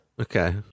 okay